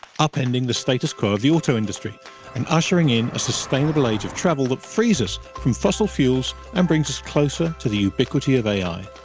upending the status quo of the auto industry and ushering in a sustainable age of travel that frees us from fossil fuels and brings us closer to the ubiquity of ai.